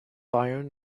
iron